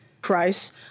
price